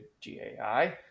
GAI